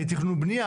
תכנון ובנייה,